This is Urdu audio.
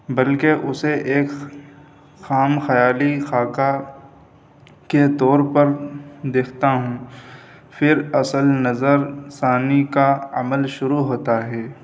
بلکہ اسے ایک خام خیالی خاکہ کے طور پر دیکھتا ہوں پھر اصل نظر ثانی کا عمل شروع ہوتا ہے